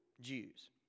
Jews